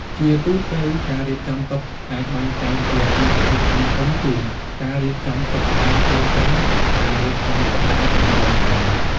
ជាទូទៅ ការរៀបចំតុអាចបែងចែកជាពីរប្រភេទធំៗគឺ ការរៀបចំតុបែបផ្លូវការ ការរៀបចំតុបែបមិនផ្លូវការ។